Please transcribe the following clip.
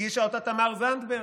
הגישה אותה תמר זנדברג.